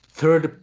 Third